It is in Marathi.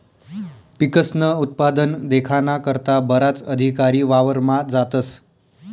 पिकस्नं उत्पादन देखाना करता बराच अधिकारी वावरमा जातस